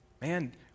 Man